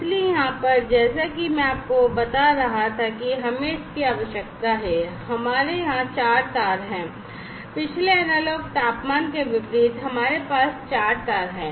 इसलिए यहाँ पर जैसा कि मैं आपको बता रहा था कि हमें इसकी आवश्यकता है हमारे यहाँ 4 तार हैं पिछले एनालॉग तापमान के विपरीत हमारे पास 4 तार हैं